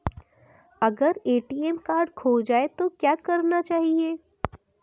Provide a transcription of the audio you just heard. अगर ATM card खो जाए तो क्या करना चाहिए?